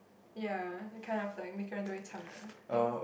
ya that kind of like ah thing